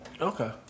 Okay